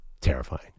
terrifying